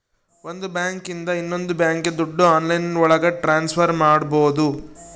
ಒಂದ್ ಬ್ಯಾಂಕ್ ಇಂದ ಇನ್ನೊಂದ್ ಬ್ಯಾಂಕ್ಗೆ ದುಡ್ಡು ಆನ್ಲೈನ್ ಒಳಗ ಟ್ರಾನ್ಸ್ಫರ್ ಮಾಡ್ಬೋದು